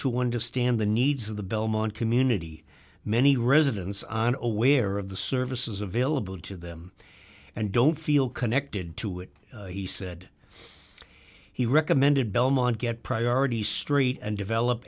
to understand the needs of the belmont community many residents on aware of the services available to them and don't feel connected to it he said he recommended belmont get priorities straight and develop